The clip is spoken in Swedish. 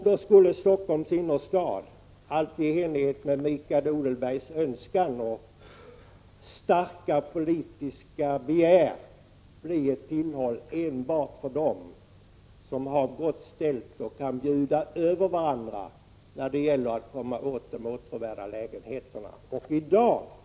Då skulle Stockholms innerstad, allt i enlighet med Mikael Odenbergs önskan och starka politiska begär, bli ett tillhåll enbart för dem som har det gott ställt och kan bjuda över varandra när det gäller att komma åt de åtråvärda lägenheterna.